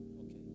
Okay